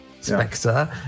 Spectre